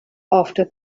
after